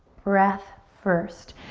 breath first.